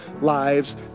lives